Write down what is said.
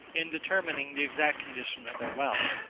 in determining the exact condition of their wealth.